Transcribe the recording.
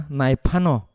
naipano